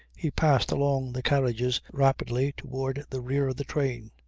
he passed along the carriages rapidly towards the rear of the train,